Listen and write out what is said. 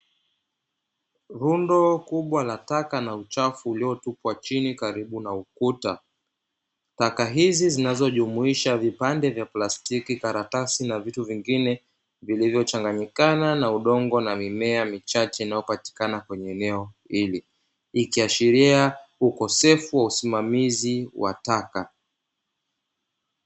Lundo kubwa la taka na uchafu uliotupwa chini, karibu na ukuta, taka hizi zinazojumuisha; vipande vya plastiki, karatasi, na vitu vingine vilivyochanganyikana na udongo na mimea michache inayopatikana kwenye eneo hili, ikiashiria ukosefu wa usimamizi wa taka.